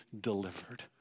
delivered